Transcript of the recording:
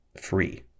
free